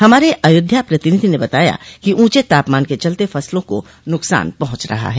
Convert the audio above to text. हमारे अयाध्या प्रतिनिधि ने बताया है कि ऊंचे तापमान के चलते फसलों को नुकसान पहुंच रहा है